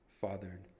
fathered